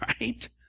right